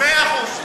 מאה אחוז.